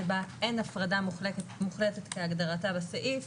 שבה אין הפרדה מוחלטת כהגדרתה בסעיף,